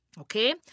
Okay